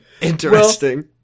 Interesting